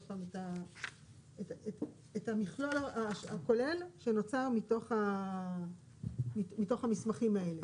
פעם להסביר את המכלול הכולל שנוצר מתוך המסמכים האלה,